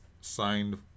signed